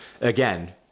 again